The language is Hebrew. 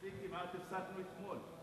מספיק שכמעט הפסקנו אתמול.